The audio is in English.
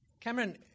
Cameron